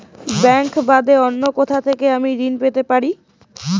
Bank বাদে অন্য কোথা থেকে আমি ঋন পেতে পারি?